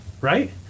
right